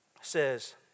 says